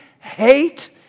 hate